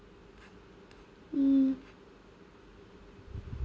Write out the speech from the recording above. mm